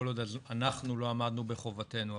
כל עוד אנחנו לא עמדנו בחובתנו.